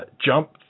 jump